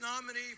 nominee